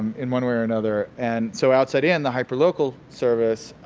in one way or another. and so, outside in, the hyper-local service,